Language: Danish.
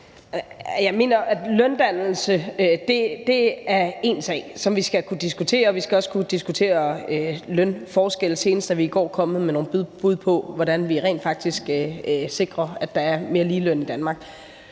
Jeg mener, at løndannelse er én ting, som vi skal kunne diskutere. Vi skal også kunne diskutere lønforskelle. Senest er vi i går kommet med nogle bud på, hvordan vi rent faktisk sikrer, at der er mere ligeløn i Danmark.